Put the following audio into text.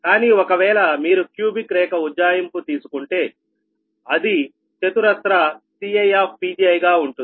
కానీ ఒకవేళ మీరు క్యూబిక్ రేఖ ఉజ్జాయింపు తీసుకుంటే అది చతురస్ర CiPgiగా ఉంటుంది